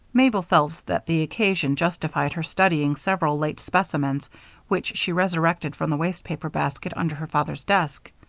mabel felt that the occasion justified her studying several late specimens which she resurrected from the waste-paper basket under her father's desk.